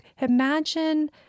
imagine